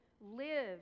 live